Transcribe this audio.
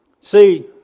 See